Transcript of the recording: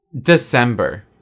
December